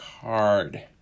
card